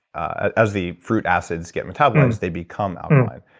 ah as the fruit acids get metabolized, they become alkaline.